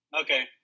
okay